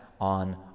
on